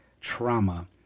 trauma